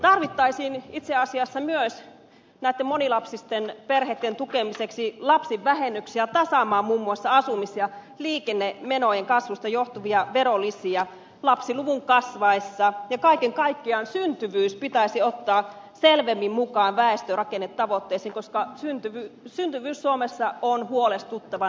tarvittaisiin itse asiassa myös näitten monilapsisten perheitten tukemiseksi lapsivähennyksiä tasaamaan muun muassa asumis ja liikennemenojen kasvusta johtuvia verolisiä lapsiluvun kasvaessa ja kaiken kaikkiaan syntyvyys pitäisi ottaa selvemmin mukaan väestörakennetavoitteisiin koska syntyvyys suomessa on huolestuttavan alhainen